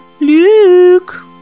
Luke